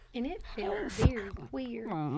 and it felt very queer.